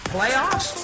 Playoffs